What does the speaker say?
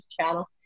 channel